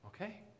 okay